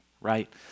right